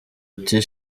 uti